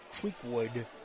Creekwood